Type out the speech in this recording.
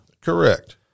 Correct